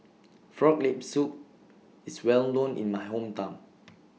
Frog Leg Soup IS Well known in My Hometown